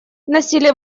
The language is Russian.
насилие